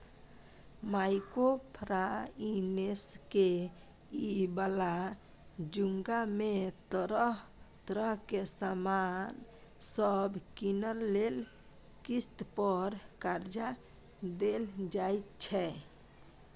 micro finance के इ बला जुग में तरह तरह के सामान सब कीनइ लेल किस्त पर कर्जा देल जाइ छै